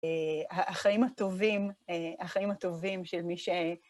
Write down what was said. החיים הטובים, החיים הטובים של מי ש...